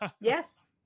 Yes